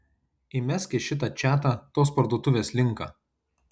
įmesk į šitą čatą tos parduotuvės linką